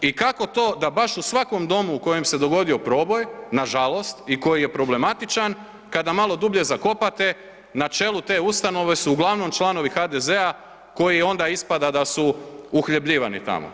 I kako to da baš u svakom domu u kojem se dogodio proboj, nažalost i koji je problematičan, kada malo dublje zakopate, na čelu te ustanove su uglavnom članovi HDZ-a koji onda ispada da su uhljebljivani tamo.